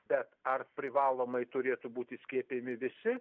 bet ar privalomai turėtų būti skiepijami visi